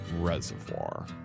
reservoir